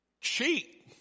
cheat